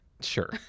Sure